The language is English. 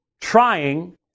trying